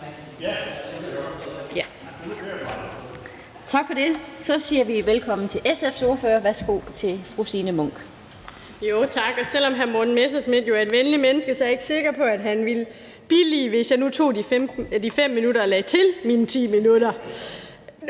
bemærkninger. Så siger vi velkommen til SF's ordfører. Værsgo til fru Signe Munk.